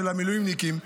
של המילואימניקים,